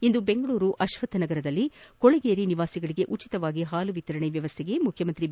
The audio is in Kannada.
ಇಂದು ದೆಂಗಳೂರಿನ ಅಶ್ವತ್ತ ನಗರದಲ್ಲಿ ಕೊಳಗೇರಿ ನಿವಾಸಿಗಳಿಗೆ ಉಚಿತವಾಗಿ ಹಾಲು ವಿತರಿಸುವ ವ್ಯವಸ್ಥೆಗೆ ಮುಖ್ಯಮಂತ್ರಿ ಬಿ